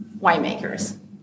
winemakers